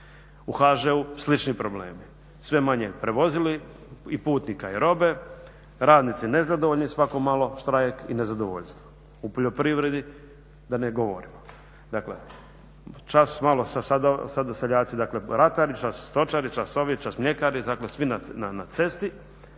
U HŽ-u slični problemi, sve manje prevozili i putnika i robe, radnici nezadovoljni, svako malo štrajk i nezadovoljstvo. U poljoprivredi da ne govorimo. Dakle, čas malo sada seljaci dakle ratari, čas stočari, čas ovi, čas mljekari, dakle svi na cesti,